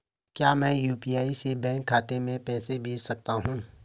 क्या मैं यु.पी.आई से बैंक खाते में पैसे भेज सकता हूँ?